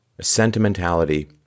Sentimentality